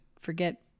forget